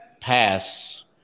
pass